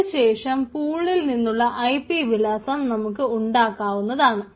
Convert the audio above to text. അതിനു ശേഷം പൂളിൽ നിന്നുള്ള ഐ പി വിലാസം നമുക്ക് ഉണ്ടാക്കാവുന്നതാണ്